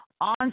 on